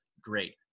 Great